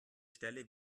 stelle